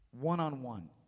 one-on-one